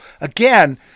Again